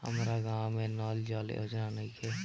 हमारा गाँव मे नल जल योजना नइखे?